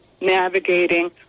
navigating